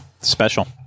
special